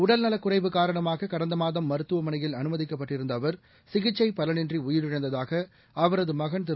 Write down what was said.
உடல்நலக் குறைவு காரணமாக கடந்த மாதம் மருத்துவமனையில் அனுமதிக்கப்பட்டிருந்த அவர் சிகிச்சை பலனின்றி உயிரிழந்ததாக அவரது மகன் திரு